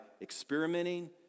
experimenting